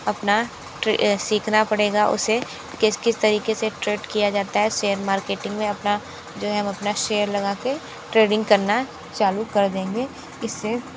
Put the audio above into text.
अपना ट्रै सीखना पड़ेगा उसे किस किस तरीक़े से ट्रैड किया जाता है सेयर मार्केटिंग में अपना जो है हम अपना शेयर लगा के ट्रेडिंग करना है चालू कर देंगे इस से